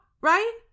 right